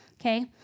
okay